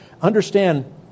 Understand